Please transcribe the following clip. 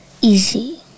easy